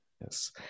Yes